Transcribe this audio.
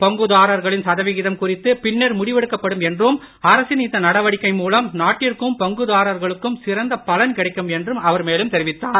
பங்குதாரர்களின் சதவிகிதம் குறித்து பின்னர் முடிவெடுக்கப்படும் என்றும் அரசின் இந்த நடவடிக்கை பங்குதாரர்களுக்கும் சிறந்த பலன் கிடைக்கும் என்றும் அவர் மேலும் தெரிவித்தார்